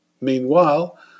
Meanwhile